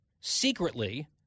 secretly